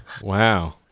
Wow